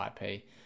IP